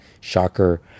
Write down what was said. Shocker